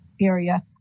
area